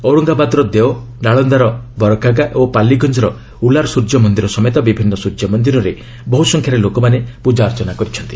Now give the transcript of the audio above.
ଔରଙ୍ଗାବାଦର ଦେଓ ନାଳନ୍ଦାର ବରକାଗା ଓ ପାଲିଗଞ୍ଜର ଉଲାର ସୂର୍ଯ୍ୟ ମନ୍ଦିର ସମେତ ବିଭିନ୍ନ ସ୍ୱର୍ଯ୍ୟମନ୍ଦିରରେ ବହୁ ସଂଖ୍ୟାରେ ଲୋକମାନେ ପୂଜା ଅର୍ଚ୍ଚନା କରୁଛନ୍ତି